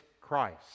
Christ